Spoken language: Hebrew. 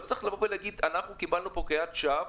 לא צריך להגיד: אנחנו קיבלנו פה קריאת שווא,